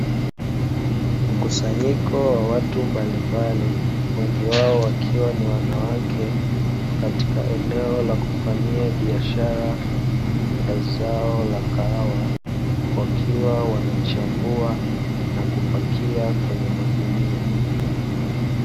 Mkusanyiko wa watu mbalimbali wengi wao wakiwa ni wanawake katika eneo la kufanyia biashara ya zao la kahawa wakiwa wanachambua na kupakia kwenye magunia.